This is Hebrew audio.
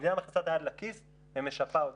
המדינה מכניסה את היד לכיס ומשפה אותם.